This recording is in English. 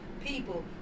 people